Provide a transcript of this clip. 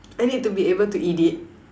I need to be able to eat it